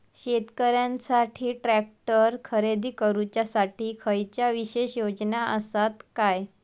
शेतकऱ्यांकसाठी ट्रॅक्टर खरेदी करुच्या साठी खयच्या विशेष योजना असात काय?